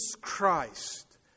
Christ